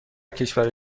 کشور